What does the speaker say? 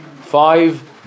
five